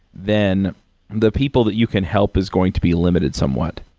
then the people that you can help is going to be limited somewhat.